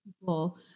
people